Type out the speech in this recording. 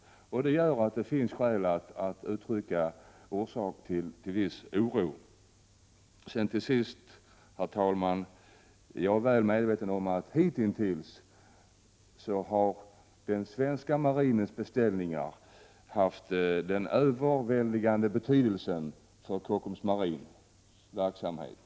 Det finns alltså orsak att hysa en viss oro. Till sist, herr talman, är jag medveten om att den svenska marinens beställningar hitintills haft en överväldigande betydelse för Kockums Marins verksamhet.